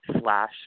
slash